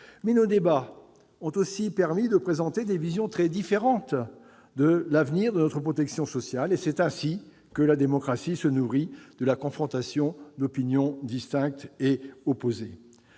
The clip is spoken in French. Mais nos débats ont aussi permis de présenter des visions très différentes de l'avenir de notre protection sociale. C'est ainsi que la démocratie se nourrit de la confrontation d'opinions distinctes et opposées.